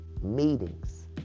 Meetings